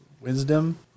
wisdom